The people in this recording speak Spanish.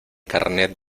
carnet